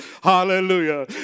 Hallelujah